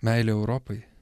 meilė europai